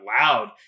loud